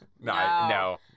no